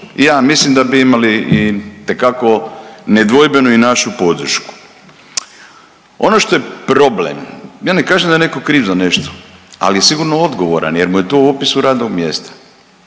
ja mislim da bi imali itekako nedvojbeno i našu podršku. Ono što je problem, ja ne kažem da je netko kriv za nešto ali je sigurno odgovoran jer mu je to u opisu radnog mjesta.